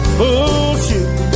bullshit